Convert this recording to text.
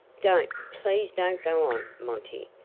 don't please don't go on, monty,